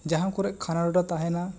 ᱡᱟᱦᱟ ᱠᱚᱨᱮ ᱠᱷᱟᱨᱟᱞᱚᱰᱚ ᱛᱟᱦᱮᱱᱟ